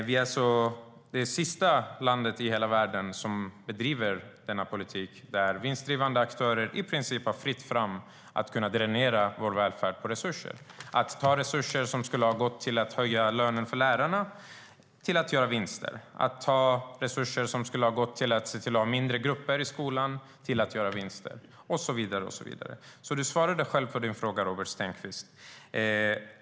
Det är alltså det sista landet i världen som bedriver en politik där det i princip är fritt fram för vinstdrivande aktörer att dränera vår välfärd på resurser. För att göra vinster har man tagit resurser som skulle ha gått till att höja lönen för lärarna, som skulle ha gått till mindre grupper i skolan och så vidare. Du svarade alltså själv på din fråga, Robert Stenkvist.